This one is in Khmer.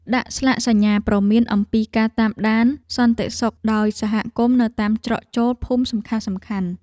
ដាក់ស្លាកសញ្ញាព្រមានអំពីការតាមដានសន្តិសុខដោយសហគមន៍នៅតាមច្រកចូលភូមិសំខាន់ៗ។